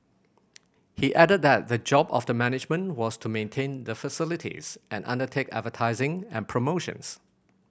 he added that the job of the management was to maintain the facilities and undertake advertising and promotions